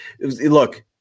Look